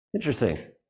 Interesting